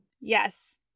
Yes